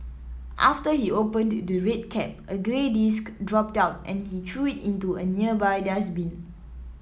after he opened the red cap a grey disc dropped out and he threw it into a nearby dustbin